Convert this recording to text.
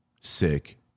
sick